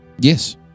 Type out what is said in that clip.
Yes